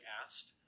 asked